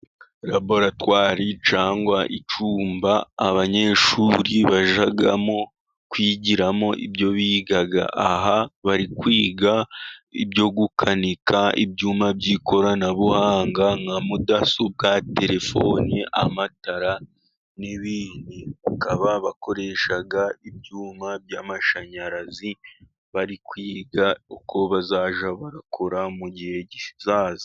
Laboratwari cyangwa icyumba abanyeshuri bajya kwigiramo ibyo biga. Aha bari kwiga ibyo gukanika ibyuma by'ikoranabuhanga nka" mudasobwa, telefoni, amatara, n'ibindi". Bakaba bakoresha ibyuma by'amashanyarazi bari kwiga uko bazajya bakora mu gihe kizaza.